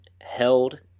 held